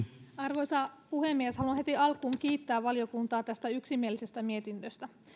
arvoisa puhemies haluan heti alkuun kiittää valiokuntaa tästä yksimielisestä mietinnöstä